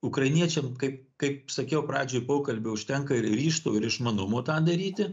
ukrainiečiam kaip kaip sakiau pradžioj pokalbio užtenka ryžto ir išmanumo tą daryti